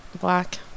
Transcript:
Black